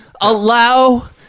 Allow